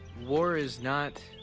war is not,